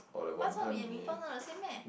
bak-chor-mee and Mee-Pok not the same meh